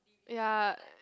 ya